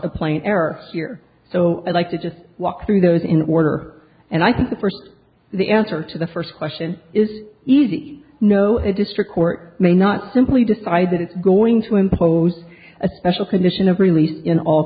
of playing error here so i'd like to just walk through those in order and i think the answer to the first question is easy no it district court may not simply decide that it's going to impose a special condition of release in all